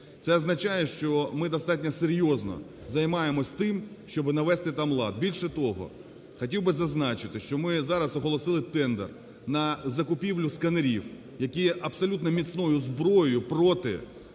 Це означає, що ми достатньо серйозно займаємось тим, щоби навести там лад. Більше того, хотів би зазначити, що ми зараз оголосили тендер на закупівлю сканерів, які є абсолютно міцною зброєю проти